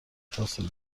فاصله